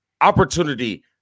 opportunity